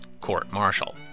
court-martial